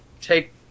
take